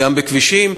גם בכבישים,